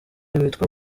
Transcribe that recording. witwa